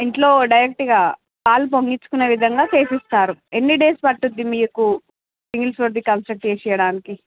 ఇంట్లో డైరెక్ట్గా పాలు పొంగించుకునే విధంగా చేసిస్తారు ఎన్ని డేస్ పడుతుంది మీకు సింగిల్ స్టోర్ది కన్స్ట్రక్ట్ చేసియ్యడానికి